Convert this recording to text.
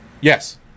Yes